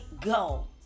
go